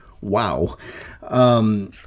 wow